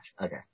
Okay